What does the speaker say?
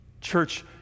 Church